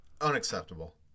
Unacceptable